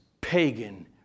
pagan